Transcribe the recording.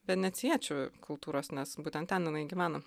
venecijiečių kultūros nes būtent ten jinai gyvena